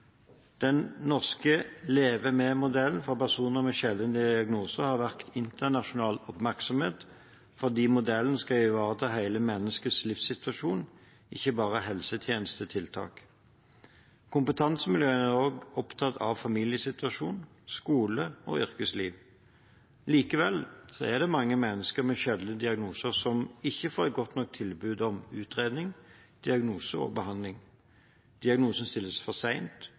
Den norske «leve med»-modellen for personer med sjeldne diagnoser har vakt internasjonal oppmerksomhet fordi modellen skal ivareta hele menneskets livssituasjon, ikke bare helsetjenestetiltak. Kompetansemiljøene er også opptatt av familiesituasjon, skole og yrkesliv. Likevel er det mange mennesker med sjeldne diagnoser som ikke får et godt nok tilbud om utredning, diagnose og behandling. Diagnosen stilles for